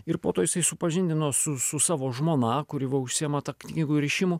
ir po to jisai supažindino su su savo žmona kuri va užsiima ta knygų įrišimu